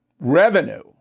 revenue